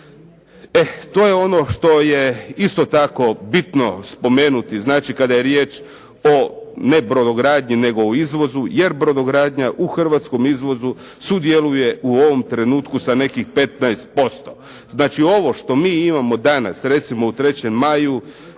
E to je ono što je isto tako bitno spomenuti, znači kada je riječ o ne brodogradnji, nego o izvozu jer brodogradnja u hrvatskom izvozu sudjeluje u ovom trenutku sa nekih 15%. Znači, ovo što mi imamo danas recimo u "3. maju"